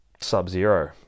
Sub-Zero